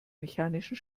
mechanischen